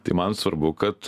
tai man svarbu kad